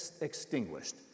extinguished